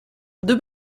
deux